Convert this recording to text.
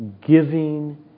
giving